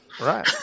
Right